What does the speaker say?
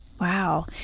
Wow